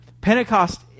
Pentecost